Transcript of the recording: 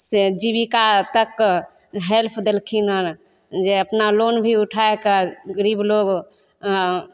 से जीविका तकके हेल्प देलखिन हन जे अपना लोन भी उठाइकए गरीब लोग